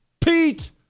Pete